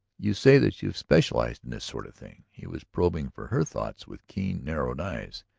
you say that you have specialized in this sort of thing. he was probing for her thoughts with keen, narrowed eyes.